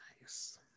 Nice